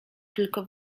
tylko